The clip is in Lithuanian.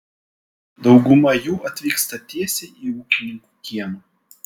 dauguma jų atvyksta tiesiai į ūkininkų kiemą